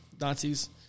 Nazis